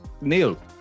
Neil